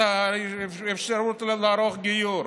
את האפשרות לערוך גיור.